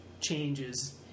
changes